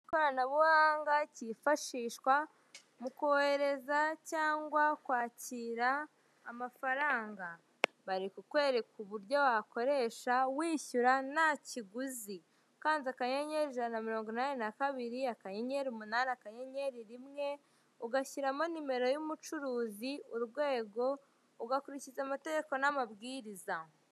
Ikoranabuhanga kifashishwa mu kohereza cyangwa kwakira amafaranga. Bari kukwereka uburyo wakoresha wishyura nta kiguzi. Ukanze akanyenyeri ijana na mirongo inani na kabiri, akanyenyeri, umunani akanyenyeri rimwe, ugashyiramo nimero y'umucuruzi urwego ugakurikiza amategeko n'amabwiriza.